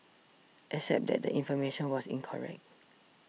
except that the information was incorrect